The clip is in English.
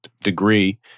degree